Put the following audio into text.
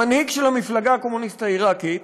המנהיג של המפלגה הקומוניסטית העיראקית,